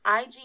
IG